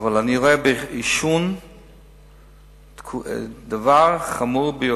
אני רואה בעישון דבר חמור ביותר.